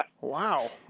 Wow